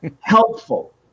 Helpful